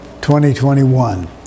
2021